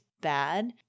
bad